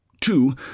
two